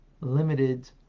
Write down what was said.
limited